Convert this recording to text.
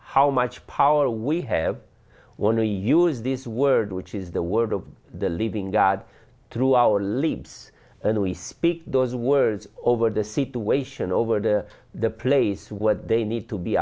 how much power we have only use this word which is the word of the living god through our lives and we speak those words over the situation over the the place what they need to be